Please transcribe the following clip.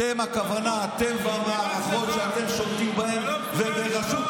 אתם, הכוונה אתם והמערכות שאתם שולטים, נמאס לכם?